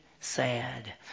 sad